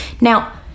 Now